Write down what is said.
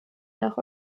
nach